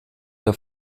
ihr